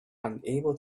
unable